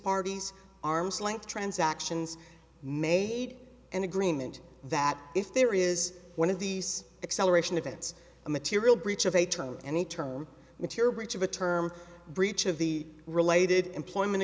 parties arm's length transactions made an agreement that if there is one of these acceleration events a material breach of a term and the term material breach of a term breach of the related employment